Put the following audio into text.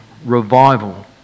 Revival